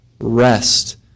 rest